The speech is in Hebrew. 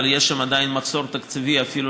אבל יש שם עדיין מחסור תקציבי אפילו